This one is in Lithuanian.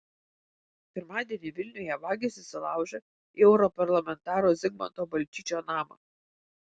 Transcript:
pirmadienį vilniuje vagys įsilaužė į europarlamentaro zigmanto balčyčio namą